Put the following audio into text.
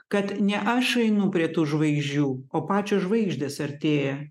kad ne aš einu prie tų žvaigždžių o pačios žvaigždės artėja